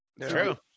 True